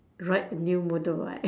ride new motorbike